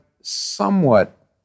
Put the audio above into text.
somewhat